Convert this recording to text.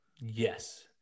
Yes